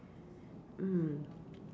mm